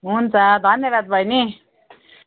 हुन्छ धन्यवाद बहिनी